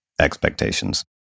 expectations